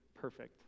perfect